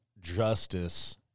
justice